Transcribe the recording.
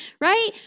right